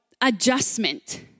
adjustment